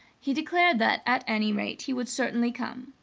he declared that, at any rate, he would certainly come.